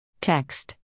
Text